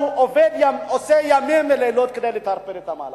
הוא עושה ימים ולילות כדי לטרפד את המהלך.